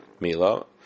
Milo